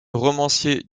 romancier